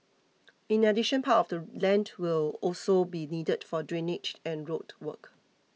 in addition part of the land will also be needed for drainage and road work